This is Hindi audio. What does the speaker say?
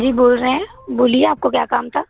जी बोल रहे हैं बोलिए आपको क्या काम था